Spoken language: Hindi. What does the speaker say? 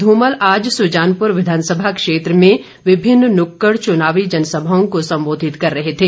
धूमल आज सुजानपुर विधानसभा क्षेत्र में विभिन्न नुक्कड़ चुनावी जनसभाओं को संबोधित कर रहे थे